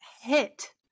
hit